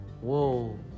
whoa